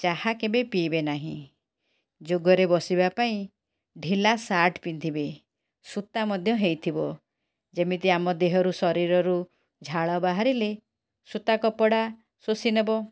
ଚାହା କେବେ ପିଇବେ ନାହିଁ ଯୋଗରେ ବସିବା ପାଇଁ ଢିଲା ସାର୍ଟ୍ ପିନ୍ଧିବେ ସୂତା ମଧ୍ୟ ହେଇଥିବ ଯେମିତି ଆମ ଦେହରୁ ଶରୀରରୁ ଝାଳ ବାହାରିଲେ ସୂତା କପଡ଼ା ଶୋଷି ନବ